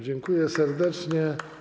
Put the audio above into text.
Dziękuję serdecznie.